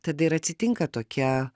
tada ir atsitinka tokie